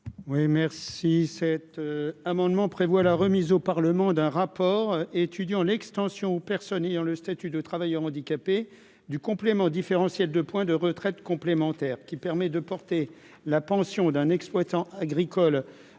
Oui merci, cet amendement prévoit la remise au Parlement d'un rapport étudiant l'extension aux personnes ayant le statut de travailleur handicapé du complément différentiel de points de retraite complémentaire qui permet de porter la pension d'un exploitant agricole